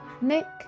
Nick